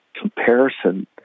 comparison